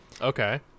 Okay